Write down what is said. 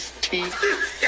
teeth